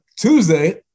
Tuesday